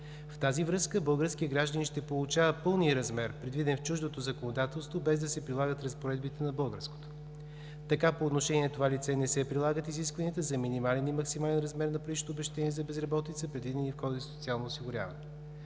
В тази връзка българският гражданин ще получава пълния размер, предвиден в чуждото законодателство, без да се прилагат разпоредбите на българското. Така по отношение на това лице не се прилагат изискванията за минимален и максимален размер на паричното обезщетение за безработица, предвидени в Кодекса за социално осигуряване.